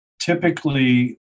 typically